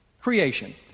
creation